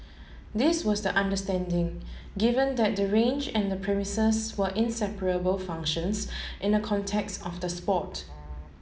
this was the understanding given that the range and the premises were inseparable functions in the context of the sport